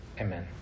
Amen